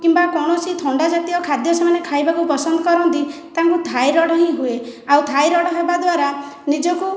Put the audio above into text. କିମ୍ବା କୌଣସି ଥଣ୍ଡାଜାତୀୟ ଖାଦ୍ୟ ସେମାନେ ଖାଇବାକୁ ପସନ୍ଦ କରନ୍ତି ତାଙ୍କୁ ଥାଇରଏଡ଼୍ ହିଁ ହୁଏ ଆଉ ଥାଇରଏଡ଼୍ ହେବା ଦ୍ୱାରା ନିଜକୁ